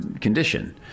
condition